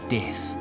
death